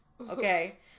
Okay